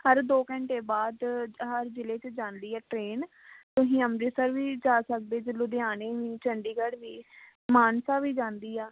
ਹਰ ਦੋ ਘੰਟੇ ਬਾਅਦ ਹਰ ਜ਼ਿਲ੍ਹੇ 'ਚ ਜਾਂਦੀ ਆ ਟਰੇਨ ਤੁਸੀਂ ਅੰਮ੍ਰਿਤਸਰ ਵੀ ਜਾ ਸਕਦੇ ਜੇ ਲੁਧਿਆਣੇ ਵੀ ਚੰਡੀਗੜ੍ਹ ਵੀ ਮਾਨਸਾ ਵੀ ਜਾਂਦੀ ਆ